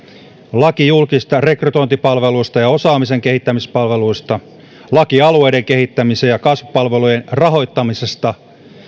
laki julkisista rekrytointipalveluista ja osaamisen kehittämispalveluista laki alueiden kehittämisen ja kasvupalvelujen rahoittamisesta